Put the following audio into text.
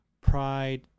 pride